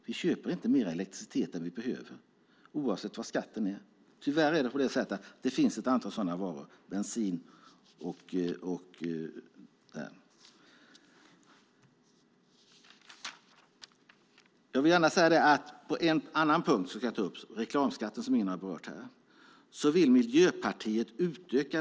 Vi köper inte mer elektricitet än vi behöver oavsett vad skatten är. Tyvärr är det så. Det finns ett antal sådana varor. Det gäller även bensin. Reklamskatten, som ingen har berört, vill Miljöpartiet utöka.